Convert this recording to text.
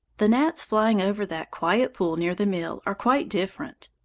the gnats flying over that quiet pool near the mill are quite different.